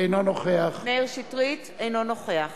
אינו נוכח